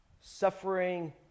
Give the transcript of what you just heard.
suffering